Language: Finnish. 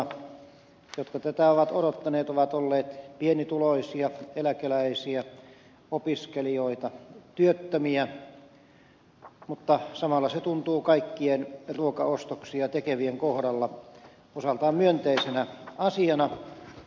jotka tätä ovat odottaneet ovat olleet pienituloisia eläkeläisiä opiskelijoita työttömiä mutta samalla se tuntuu kaikkien ruokaostoksia tekevien kohdalla osaltaan myönteisenä asiana